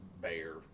bear